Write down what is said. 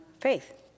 faith